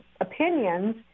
opinions